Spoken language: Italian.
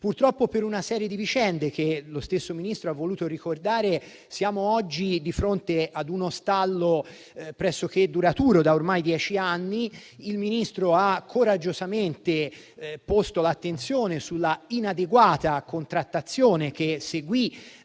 Purtroppo, per una serie di vicende che lo stesso Ministro ha voluto ricordare, siamo oggi di fronte ad uno stallo che dura ormai da dieci anni. Il Ministro ha coraggiosamente posto l'attenzione sulla inadeguata contrattazione che seguì.